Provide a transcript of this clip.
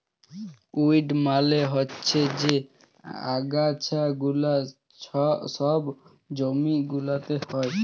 weed মালে হচ্যে যে আগাছা গুলা সব জমি গুলাতে হ্যয়